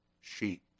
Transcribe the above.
sheep